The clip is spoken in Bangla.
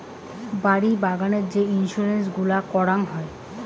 বাড়ি বাগানের যে ইন্সুরেন্স গুলা করাং হই